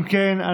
אם כן,